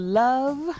love